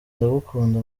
ndagukunda